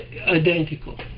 identical